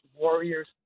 warriors